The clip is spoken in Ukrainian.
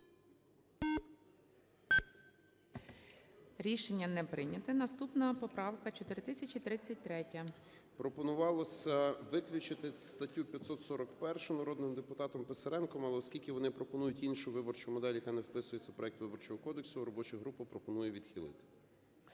Рішення не прийнято. Наступна поправка – 4033-я. 16:07:23 СИДОРОВИЧ Р.М. Пропонувалося виключити статтю 541 народним депутатом Писаренком. Але, оскільки вони пропонують іншу виборчу модель, яка не вписується в проект Виборчого кодексу, робоча група пропонує відхилити.